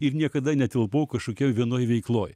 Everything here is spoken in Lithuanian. ir niekada netilpau kažkokioj vienoj veikloj